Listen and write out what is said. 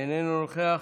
איננו נוכח,